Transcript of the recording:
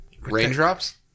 raindrops